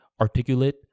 articulate